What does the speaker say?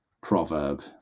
proverb